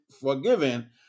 forgiven